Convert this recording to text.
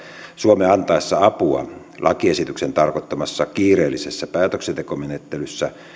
suomen antaessa apua lakiesityksen tarkoittamassa kiireellisessä päätöksentekomenettelyssä